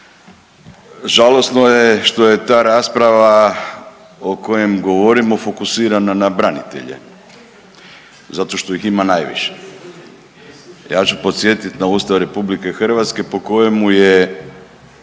Žalosno je što je ta rasprava o kojoj govorimo fokusirana na branitelja zato što ih ima najviše. Ja ću podsjetiti na Ustav Republike Hrvatske po kojemu je